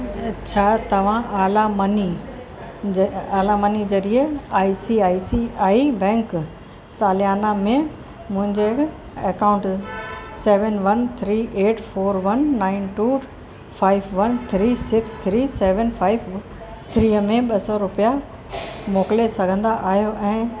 छा तव्हां आला मनी जे आला मनी ज़रिए आई सी आई सी आई बैंक सालियाना में मुंहिंजे account seven one three eight four one nine two five one three six three seven five थ्रीअ में ॿ सौ रुपया मोकिले सघंदा आहियो ऐं